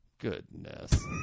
Goodness